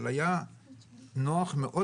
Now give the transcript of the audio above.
אבל היה נוח מאוד,